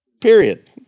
period